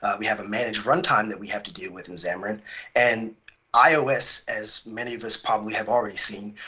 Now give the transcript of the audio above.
we have a managed run time that we have to deal with in xamarin and ios, as many of us probably have already seen,